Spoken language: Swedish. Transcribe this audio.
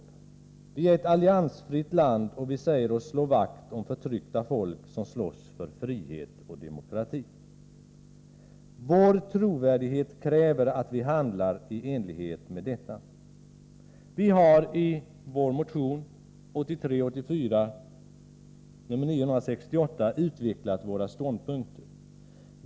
Sverige är ett alliansfritt land, och vi säger oss slå vakt om förtryckta folk som slåss för frihet och demokrati. Vår trovärdighet kräver att vi handlar i enlighet med detta. Vi har i vår motion 1983/84:968 utvecklat våra ståndpunkter.